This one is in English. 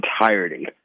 entirety